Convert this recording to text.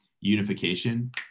unification